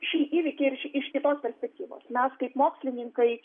šį įvykį ir iš iš kitos perspektyvos mes kaip mokslininkai